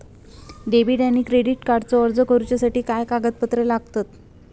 Debit आणि credit कार्डचो अर्ज करुच्यासाठी काय कागदपत्र लागतत?